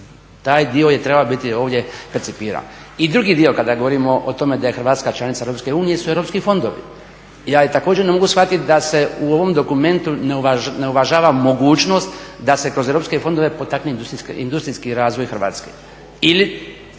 Taj dio je trebala biti ovdje percipira. I drugi dio kada govorimo o tome da je Hrvatska članica EU su europski fondovi. Ja također ne mogu shvatiti da se u ovom dokumentu ne uvažava mogućnost da se kroz europske fondove potakne industrijski razvoj Hrvatske